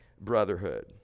brotherhood